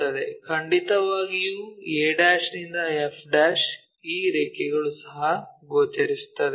ಖಂಡಿತವಾಗಿ a' ನಿಂದ f' ಈ ರೇಖೆಗಳು ಸಹ ಗೋಚರಿಸುತ್ತವೆ